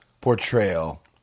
portrayal